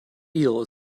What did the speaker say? eel